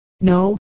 No